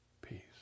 Peace